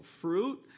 fruit